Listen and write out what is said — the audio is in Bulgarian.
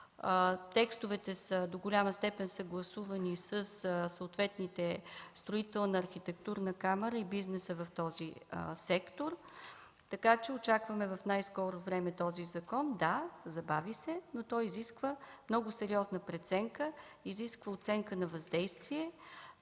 Текстовете до голяма степен са съгласувани със съответните строителна, архитектурна камара и бизнеса в този сектор, така че очакваме в най-скоро време този закон. Да, забави се, но той изисква много сериозна преценка, изисква оценка на въздействие